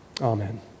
Amen